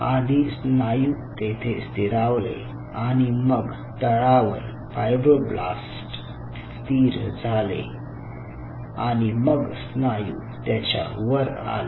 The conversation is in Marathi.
आधी स्नायू तेथे स्थिरावले आणि मग तळावर फायब्रोब्लास्ट्स स्थिर झाले आणि मग स्नायू त्याच्या वर आले